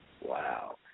wow